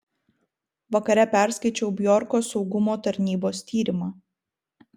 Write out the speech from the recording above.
vakare perskaičiau bjorko saugumo tarnybos tyrimą